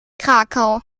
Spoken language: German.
krakau